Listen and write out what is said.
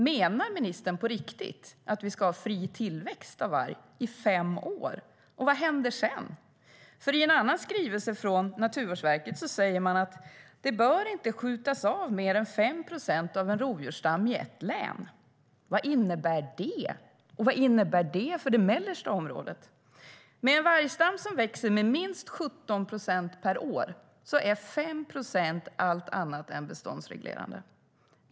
Menar ministern på riktigt att vi ska ha fri tillväxt av varg i fem år? Vad händer sedan? I en annan skrivelse från Naturvårdsverket säger man: Det bör inte skjutas av mer än 5 procent av en rovdjursstam i ett län. Vad innebär det? Och vad innebär det för det mellersta området? Med en vargstam som växer med minst 17 procent per år är 5 procent allt annat än beståndsreglerande.